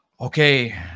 Okay